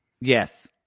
Yes